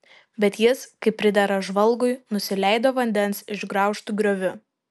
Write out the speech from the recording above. bet jis kaip pridera žvalgui nusileido vandens išgraužtu grioviu